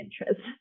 interest